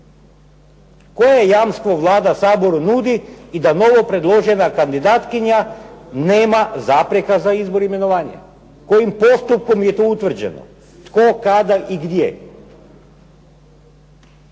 Koje jamstvo Vlada Saboru nudi i da novopredložena kandidatkinja nema zapreka za izbor imenovanja, kojim postupkom je to utvrđeno? Tko? Kada? I gdje?